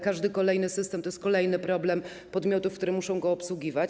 Każdy kolejny system to jest kolejny problem podmiotów, które muszą go obsługiwać.